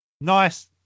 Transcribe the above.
nice